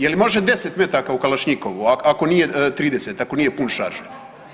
Je li može 10 metaka u kalašnjikovu ako nije 30, ako nije pun šarž.